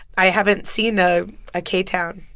i haven't seen a ah ktown